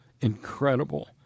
incredible